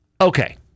Okay